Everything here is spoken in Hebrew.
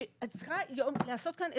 צריכה היום להיעשות כאן איזשהו,